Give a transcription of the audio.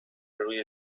روی